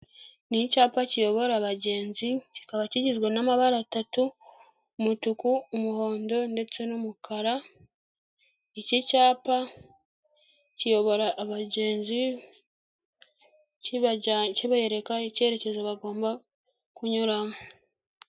Ni icyapa kiyobora abagenzi, kikaba kigizwe n'amabara atatu umutuku, umuhondo ndetse n'umukara, iki cyapa kiyobora abagenzi kibereka icyerekezo bagomba kunyuramo.